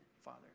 Father